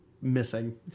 missing